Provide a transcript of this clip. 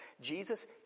Jesus